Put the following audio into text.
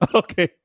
okay